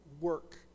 work